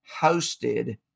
hosted